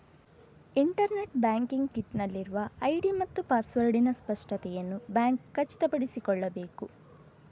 internet banking kit ನಲ್ಲಿರುವ ID ಮತ್ತು ಪಾಸ್ವರ್ಡಿನ ಸ್ಪಷ್ಟತೆಯನ್ನು ಬ್ಯಾಂಕ್ ಖಚಿತಪಡಿಸಿಕೊಳ್ಳಬೇಕು